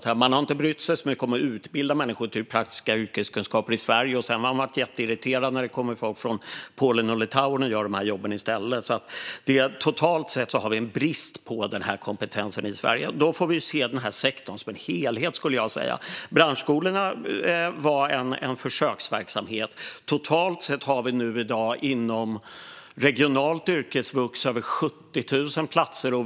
De har inte brytt sig så mycket om att utbilda människor i praktiska yrkeskunskaper i Sverige, och sedan har de varit jätteirriterade när det kommer folk från Polen och Litauen och gör de jobben i stället. Totalt sett har vi brist på den här kompetensen i Sverige. Då får vi se sektorn som en helhet. Branschskolorna var en försöksverksamhet. Men totalt sett har vi i dag inom regional yrkesvux över 70 000 platser.